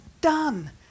done